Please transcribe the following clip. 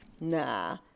nah